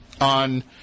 on